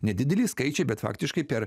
nedideli skaičiai bet faktiškai per